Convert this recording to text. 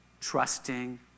trusting